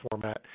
format